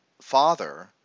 father